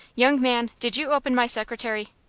young man, did you open my secretary?